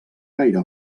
gaire